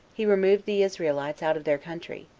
he removed the israelites out of their country,